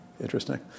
interesting